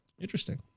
Interesting